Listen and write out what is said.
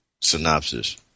synopsis